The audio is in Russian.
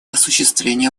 осуществления